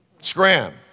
scram